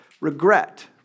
regret